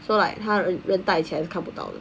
so like when 戴起来是看不到的